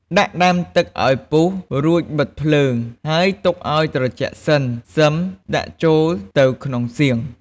ដាក់ដាំទឹកឱ្យពុះរួច បិទភ្លើង ហើយទុកឱ្យត្រជាក់សិន សឹមដាក់ចូលទៅក្នុងសៀង។